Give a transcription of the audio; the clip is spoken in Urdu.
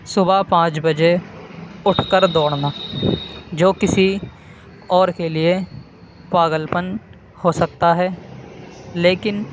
صبح پانچ بجے اٹھ کر دوڑنا جو کسی اور کے لیے پاگل پن ہو سکتا ہے لیکن